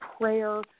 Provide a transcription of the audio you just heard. prayer